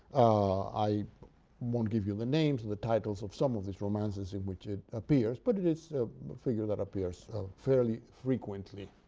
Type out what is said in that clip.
i won't give you the names of the titles of some of these romances in which appears, but it is a figure that appears fairly frequently.